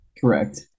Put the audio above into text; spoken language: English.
Correct